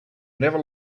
never